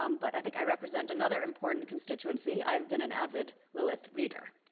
um but i think i represent another important constituency i've been an avid lilith reader.